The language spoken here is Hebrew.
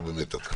זה באמת אתה.